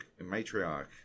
matriarch